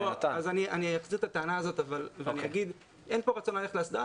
אני אחזור מהטענה הזאת ואני אומר שאין כאן רצון ללכת להסדרה